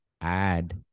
add